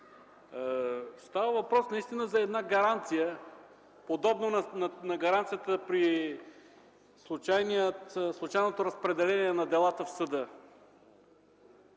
Става въпрос наистина за една гаранция, подобна на гаранцията при случайното разпределение на делата в съда.